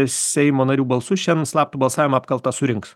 seimo narių balsu šiandien slaptu balsavimu apkalta surinks